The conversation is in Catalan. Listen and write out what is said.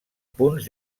punts